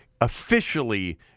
officially